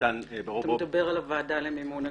ניתן ברובו --- אתה מדבר על הוועדה למימון הגנה,